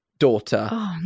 Daughter